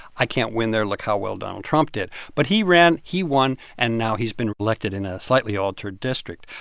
i can't win there. look how well donald trump did. but he ran. he won. and now he's been elected in a slightly altered district.